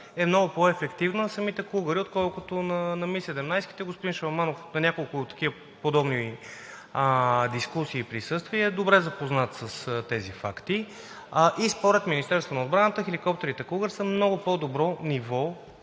е много по-ефективна на самите кугъри, отколкото на Ми-17. Господин Шаламанов на няколко такива подобни дискусии присъства и е добре запознат с тези факти. А и според Министерството на отбраната хеликоптерите „Кугър“ са на много по-добро ниво